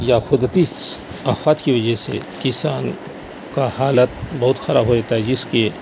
یا قدرتی آفات کی وجہ سے کسان کا حالت بہت خراب ہو جاتا ہے جس کی